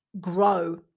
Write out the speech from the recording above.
grow